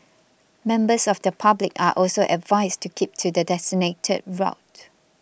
members of the public are also advised to keep to the designated route